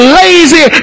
lazy